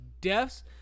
deaths